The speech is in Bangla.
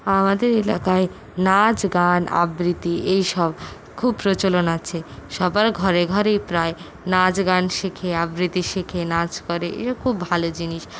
আমাদের এলাকায় নাচ গান আবৃত্তি এই সব খুব প্রচলন আছে সবার ঘরে ঘরেই প্রায় নাচ গান শেখে আবৃত্তি শেখে নাচ করে এটা খুব ভালো জিনিস